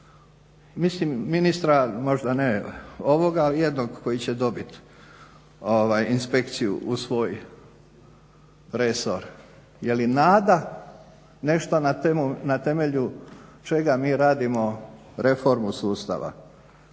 Mislim ministra možda ne ovoga jednog koji će dobit inspekciju u svoj resor. Je li nada nešto na temelju čega mi radimo reformu sustava?